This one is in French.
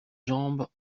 jambes